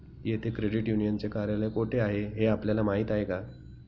येथे क्रेडिट युनियनचे कार्यालय कोठे आहे हे आपल्याला माहित आहे का?